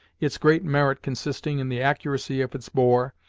its great merit consisting in the accuracy of its bore,